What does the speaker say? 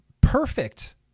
perfect